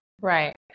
Right